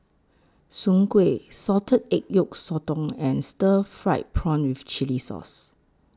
Soon Kway Salted Egg Yolk Sotong and Stir Fried Prawn with Chili Sauce